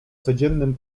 codziennym